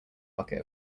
bucket